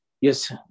Yes